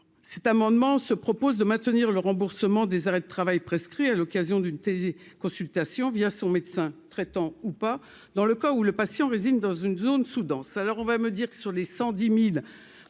cet amendement se propose de maintenir le remboursement des arrêts de travail prescrits à l'occasion d'une telle consultation via son médecin traitant ou pas dans le cas où le patient résine dans une zone sous-dense,